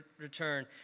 return